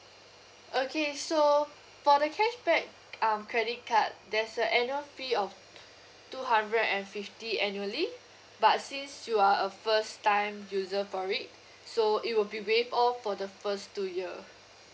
okay so for the cashback um credit card there's a annual fee of two hundred and fifty annually but since you are a first time user for it so it will be waived off for the first two years